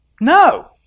No